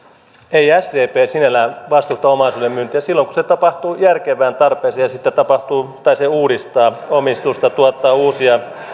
ei sdp sinällään vastusta omaisuuden myyntiä silloin kun se tapahtuu järkevään tarpeeseen tai se uudistaa omistusta tuottaa uusia